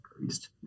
increased